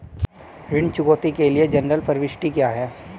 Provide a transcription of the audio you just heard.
ऋण चुकौती के लिए जनरल प्रविष्टि क्या है?